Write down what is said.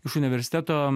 iš universiteto